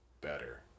better